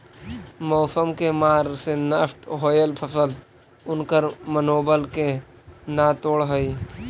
मौसम के मार से नष्ट होयल फसल उनकर मनोबल के न तोड़ हई